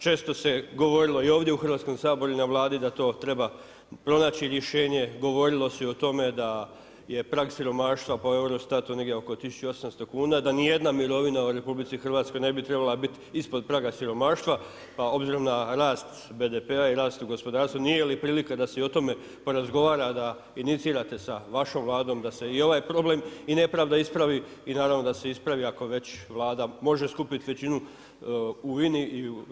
Često se govorilo ovdje u Hrvatskom saboru i na Vladi da treba pronaći rješenje, govorilo se i o tome da je prag siromaštva po Eurostatu negdje oko 1800 kuna, da nijedna mirovina u RH ne bi trebala biti ispod praga siromaštva, pa obzirom na rast BDP-a i rasta u gospodarstvu nije li prilika da se i o tome porazgovara da inicirate sa vašom Vladom da se i ovaj problem i nepravda ispravi i naravno da se ispravi ako već Vlada može skupiti većinu i u INA-i.